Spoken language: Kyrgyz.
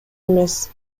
эмес